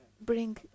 bring